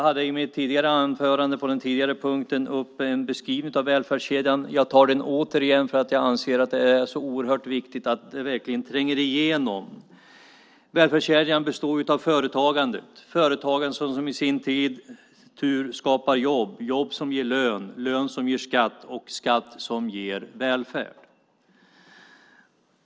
I mitt anförande under den tidigare punkten hade jag med en beskrivning av välfärdskedjan. Jag beskriver den återigen, för jag anser att det är oerhört viktigt att det här verkligen tränger igenom. Välfärdskedjan består av företagandet som i sin tur skapar jobb, jobb som ger lön, lön som ger skatt, skatt som ger välfärd.